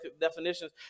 definitions